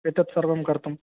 एतत् सर्वं कर्तुं